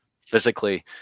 physically